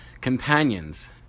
Companions